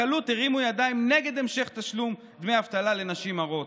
הרימו ידיים נגד המשך תשלום דמי האבטלה לנשים הרות.